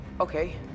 Okay